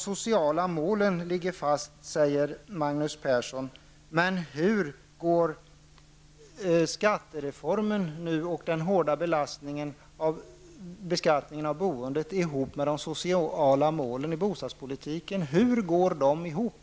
Magnus Persson säger att de sociala målen ligger fast, men hur går skattereformen och den hårda beskattningen av boendet ihop med de sociala målen i bostadspolitiken. Hur går de ihop?